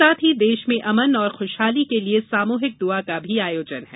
साथ ही देश में अमन और ख़ुशहाली के लिये सामुहिक दुआ का भी आयोजन है